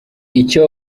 icyo